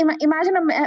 Imagine